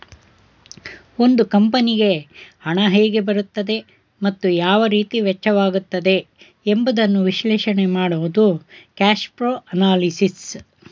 ಒಂದು ಕಂಪನಿಗೆ ಹಣ ಹೇಗೆ ಬರುತ್ತದೆ ಮತ್ತು ಯಾವ ರೀತಿ ವೆಚ್ಚವಾಗುತ್ತದೆ ಎಂಬುದನ್ನು ವಿಶ್ಲೇಷಣೆ ಮಾಡುವುದು ಕ್ಯಾಶ್ಪ್ರೋ ಅನಲಿಸಿಸ್